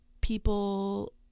people